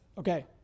Okay